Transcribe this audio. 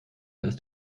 ist